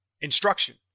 instruction